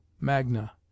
magna